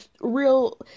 real